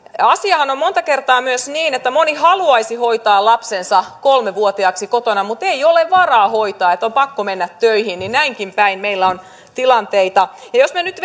asiahan on monta kertaa myös niin että moni haluaisi hoitaa lapsensa kolme vuotiaaksi kotona mutta ei ole varaa hoitaa on pakko mennä töihin näinkin päin meillä on tilanteita jos me nyt